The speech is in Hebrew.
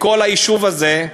כל היישוב הזה,